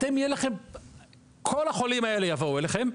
כל החולים האלה יבואו אליכם,